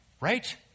right